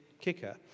kicker